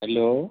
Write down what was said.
hello